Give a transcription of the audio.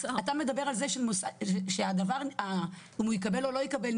אתה אומר שאם הוא יקבל או לא יקבל,